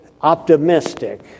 optimistic